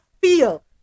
feel